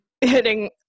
hitting